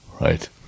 Right